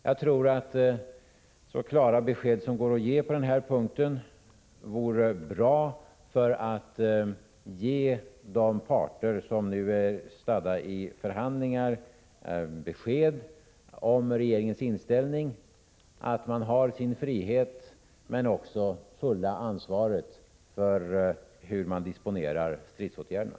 Jag tror att så klara svar som går att lämna på den här punkten vore bra för att ge de parter som nu är stadda i förhandlingar besked om regeringens inställning, att man har sin frihet men också fulla ansvaret för hur man disponerar stridsåtgärderna.